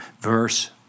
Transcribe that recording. Verse